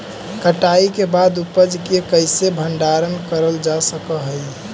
कटाई के बाद उपज के कईसे भंडारण करल जा सक हई?